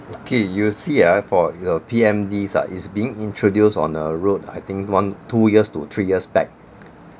okay you see ah for your P_M_Ds ah is being introduced on a road I think one two years to three years back